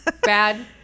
bad